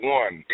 one